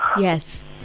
Yes